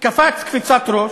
קפץ קפיצת ראש,